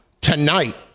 tonight